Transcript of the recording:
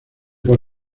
por